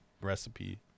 recipe